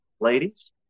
Ladies